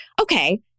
Okay